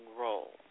role